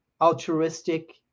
altruistic